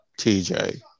TJ